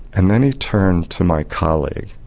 and then he turned to my colleague,